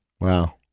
Wow